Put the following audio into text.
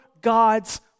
God's